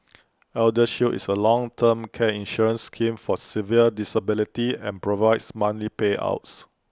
eldershield is A long term care insurance scheme for severe disability and provides monthly payouts